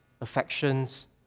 affections